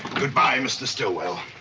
goodbye, mr. stillwell.